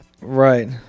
Right